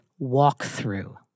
walkthrough